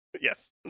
Yes